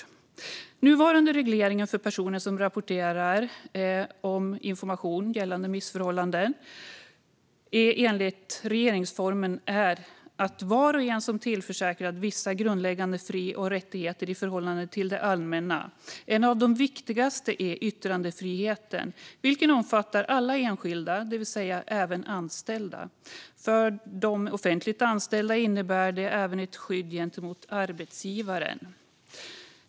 Den nuvarande regleringen för personer som rapporterar information gällande missförhållanden innebär enligt regeringsformen att var och en tillförsäkras vissa grundläggande fri och rättigheter i förhållande till det allmänna. En av de viktigaste är yttrandefriheten, som omfattar alla enskilda, det vill säga även anställda. För offentligt anställda innebär detta även ett skydd gentemot arbetsgivaren.